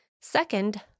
second